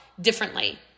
differently